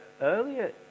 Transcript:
earlier